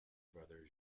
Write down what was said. brother